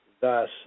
Thus